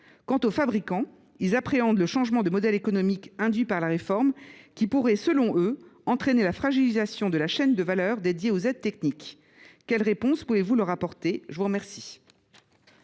Quant aux fabricants, ils appréhendent le changement de modèle économique induit par la réforme, qui pourrait, selon eux, entraîner la fragilisation de la chaîne de valeur dédiée aux aides techniques. Quelle réponse pouvez vous leur apporter ? La parole